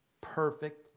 perfect